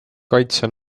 kaitse